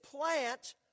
plant